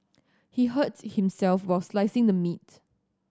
he hurt himself while slicing the meat